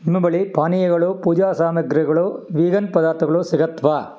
ನಿಮ್ಮ ಬಳಿ ಪಾನೀಯಗಳು ಪೂಜಾ ಸಾಮಗ್ರಿಗಳು ವೀಗನ್ ಪದಾರ್ಥಗಳು ಸಿಗುತ್ವಾ